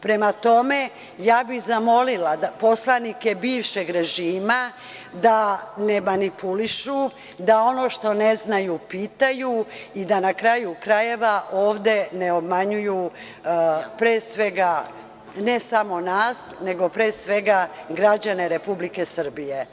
Prema tome, ja bih zamolila poslanike bivšeg režima da ne manipulišu, da ono što ne znaju pitaju i da na kraju krajeva ovde ne obmanjuju pre svega ne samo nas, nego pre svega građane Republike Srbije.